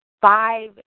five